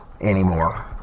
anymore